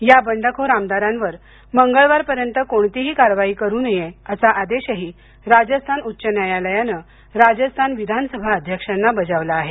या बंडखोर आमदारांवर मंगळवारपर्यंत कोणतीही कारवाई करू नये असा आदेशही राजस्थान उच्च न्यायालयाने राजस्थान विधानसभा अध्यक्षांना बजावला आहे